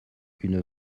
une